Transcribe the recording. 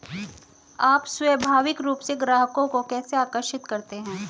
आप स्वाभाविक रूप से ग्राहकों को कैसे आकर्षित करते हैं?